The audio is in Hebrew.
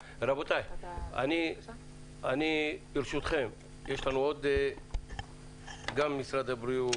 רבותיי, ברשותכם, יש לנו גם את משרד הבריאות,